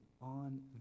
on